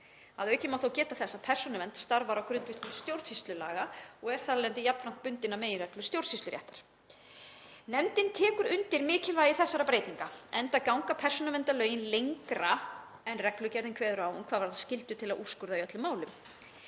Að auki má geta þess að Persónuvernd starfar á grundvelli stjórnsýslulaga, nr. 37/1993, og er jafnframt bundin af meginreglum stjórnsýsluréttar. Nefndin tekur undir mikilvægi þessarar breytingar enda ganga persónuverndarlögin lengra en reglugerðin kveður á um hvað varðar skyldu til að úrskurða í öllum málum.